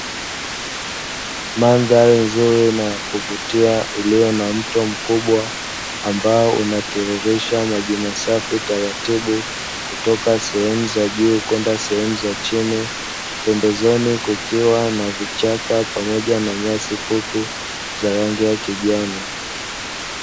Mandhari nzuri na kuvutia iliyo na mto mkubwa ambao unatiririsha maji masafi taratibu kutoka sehemu za juu kwenda sehemu za chini, pembezoni kukiwa na vichaka pamoja na nyasi fupi za rangi ya kijani.